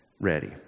ready